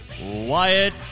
Wyatt